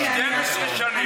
נא לסכם, בבקשה.